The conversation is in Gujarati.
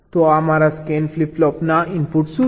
તો મારા સ્કેન ફ્લિપ ફ્લોપના ઇનપુટ્સ શું છે